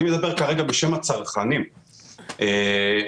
אני מדבר כרגע בשם הצרכנים ואומר מה